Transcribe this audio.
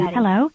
Hello